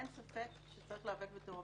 אין ספק שצריך להיאבק בטרור.